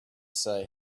say